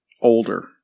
older